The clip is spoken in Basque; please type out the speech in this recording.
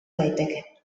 daiteke